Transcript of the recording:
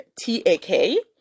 T-A-K